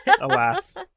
Alas